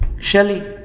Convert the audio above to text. Shelley